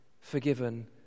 forgiven